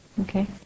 Okay